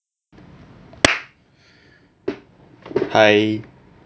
hi